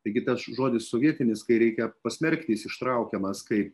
taigi tas žodis sovietinis kai reikia pasmerkti jis ištraukiamas kaip